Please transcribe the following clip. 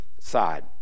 side